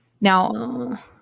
Now